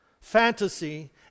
fantasy